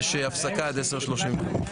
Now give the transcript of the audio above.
(הישיבה נפסקה בשעה 10:25 ונתחדשה בשעה 10:35.)